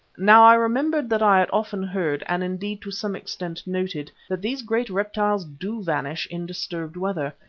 now i remembered that i had often heard, and indeed to some extent noted, that these great reptiles do vanish in disturbed weather,